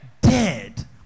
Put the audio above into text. dead